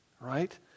right